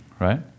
right